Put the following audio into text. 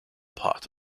part